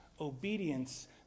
obedience